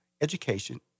education